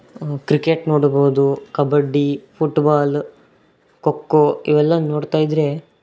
cricket ನೋಡುಬಹುದು kabaddi football kho kho ಇವೆಲ್ಲ ನೋಡ್ತಾ ಇದ್ದರೆ